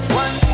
one